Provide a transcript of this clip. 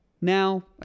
now